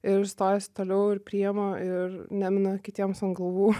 ir stojasi toliau ir priima ir neina kitiems an galvų